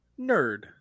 nerd